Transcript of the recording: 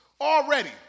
already